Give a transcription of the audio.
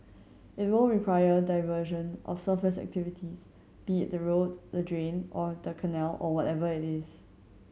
it will require diversion of surface activities be it the road the drain or the canal or whatever it is